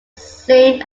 same